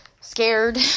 scared